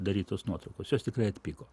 darytos nuotraukos jos tikrai atpigo